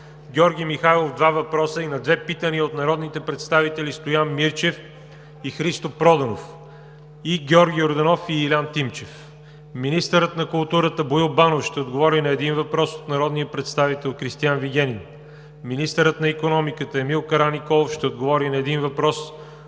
Георги Михайлов – два въпроса, и на две питания от народните представители Стоян Мирчев и Христо Проданов, и Георги Йорданов и Илиян Тимчев; - министърът на културата Боил Банов ще отговори на един въпрос от народния представител Кристиан Вигенин; - министърът на икономиката Емил Караниколов ще отговори на един въпрос